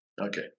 okay